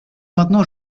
maintenant